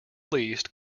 least